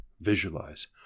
visualize